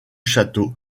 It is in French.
château